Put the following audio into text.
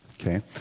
okay